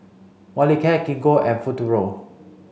Molicare Gingko and Futuro